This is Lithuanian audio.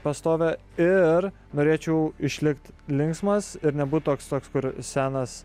pastovią ir norėčiau išlikt linksmas ir nebūt toks toks kur senas